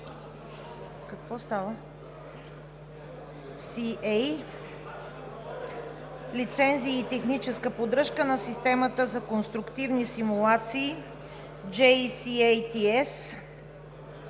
(LOA) BU-B-UCA „Лицензи и техническа поддръжка на системата за конструктивни симулации JCATS